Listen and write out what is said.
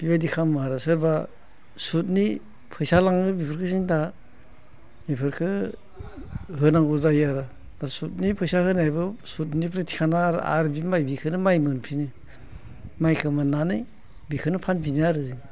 बेबायदि खालामो आरो सोरबा सुटनि फैसा लाङो बेफोरखौ जों दा बेफोरखौ होनांगो जायो आरो सुटनि फैसा होनायखो सुटनिफ्राय थिखांना आरो बि माइखोनो मोनफिनो माइखौ मोननानै बेखौनो फानफिनो आरो